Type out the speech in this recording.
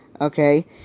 okay